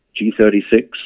G36